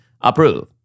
approve